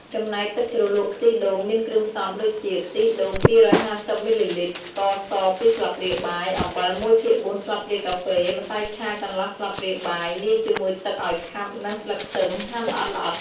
ចំណែកទឹកជ្រលក់ខ្ទិះដូងមានគ្រឿងផ្សំដូចជា ខ្ទិះដូង ២៥០ មីលីលីត្រ ស្ករស ២ ស្លាបព្រាបាយ អំបិល១ភាគ៤ស្លាបព្រាកាហ្វេ ម្សៅឆាកន្លះស្លាបព្រាបាយលាយជាមួយទឹកឱ្យខាប់ និង ស្លឹកខ្ទឹមហាន់ល្អិតៗ។